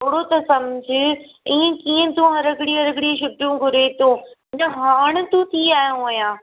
थोरो त समुझ इअं कीअं तूं हरघड़ी हरघड़ी छुटियूं घुरीं थो अञा हाण त थी आयो आहियां